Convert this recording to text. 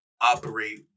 operate